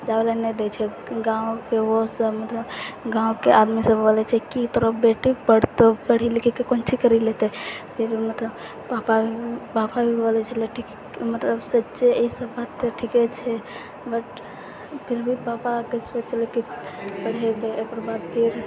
जावै लए नहि दै छै गाँवमे ओ सब मतलब गाँवके आदमी सब बोलै छै कि तोरो बेटी पढ़तौ पढ़ि लिखिके कोन चीज करि लेतै फिर हुनका पापा पापा भी बोलै छलेह कि मतलब सच्चे ई सब बात तऽ ठीके छै बट फिर भी पापाके सोच छलै कि पढ़ेबै एकर बाद फेर